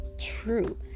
true